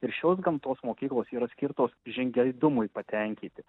ir šios gamtos mokyklos yra skirtos žingeidumui patenkinti